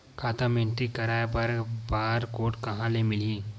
खाता म एंट्री कराय बर बार कोड कहां ले मिलही?